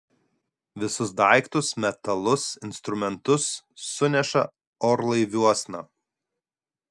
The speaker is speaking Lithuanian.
visus daiktus metalus instrumentus suneša orlaiviuosna